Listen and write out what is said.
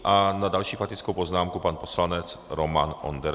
A na další faktickou poznámku pan poslanec Roman Onderka.